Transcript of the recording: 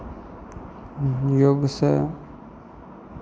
योगसँ